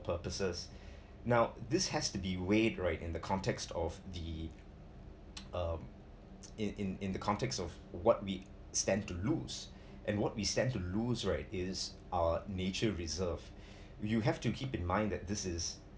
so purposes now this has to be weighed right in the context of the um in in in the context of what we stand to lose and what we stand to lose right is our nature reserve you have to keep in mind that this is